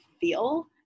feel